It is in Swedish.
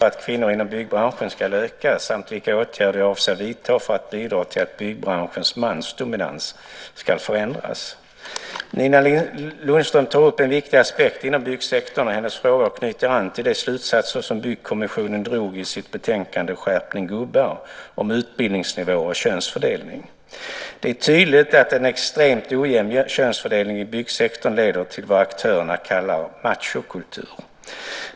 Fru talman! Nina Lundström har frågat mig om jag avser att verka för att kvinnor inom byggbranschen ska öka samt vilka åtgärder jag avser vidta för att bidra till att byggbranschens mansdominans ska förändras. Nina Lundström tar upp en viktig aspekt inom byggsektorn och hennes frågor knyter an till en av de slutsatser som Byggkommissionen drog i sitt yttrande Skärpning gubbar! om utbildningsnivå och könsfördelning. Det är tydligt att en extremt ojämn könsfördelning i byggsektorn leder till vad aktörerna kallar "machokultur".